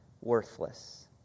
worthless